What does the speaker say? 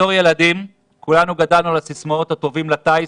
בתור ילדים כולנו גדלנו על הסיסמאות "הטובים לטיס",